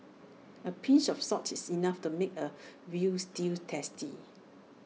A pinch of salt is enough to make A Veal Stew tasty